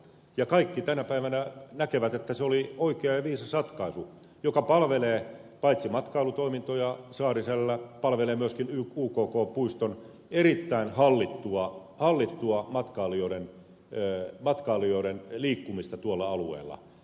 ja kaikki tänä päivänä näkevät että se oli oikea ja viisas ratkaisu joka palvelee paitsi matkailutoimintoja saariselällä myöskin uk puiston erittäin hallittua matkailijoiden liikkumista tuolla alueella